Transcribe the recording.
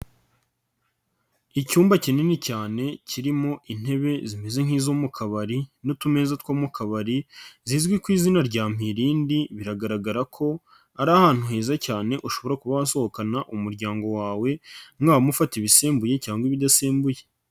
Icyumba kinini cyane kirimo intebe zimeze nk'izo mu kabari n'utumeza two mu kabari, zizwi ku izina rya mpa irindi, biragaragara ko ari ahantu heza cyane ushobora kuba wasohokana umuryango wawe, mwaba mufata ibisembuye cyangwa ibidasembuye.